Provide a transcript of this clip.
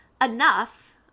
enough